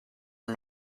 for